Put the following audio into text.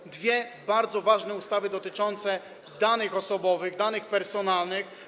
To są dwie bardzo ważne ustawy dotyczące danych osobowych, danych personalnych.